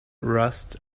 rust